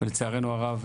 ולצערנו הרב,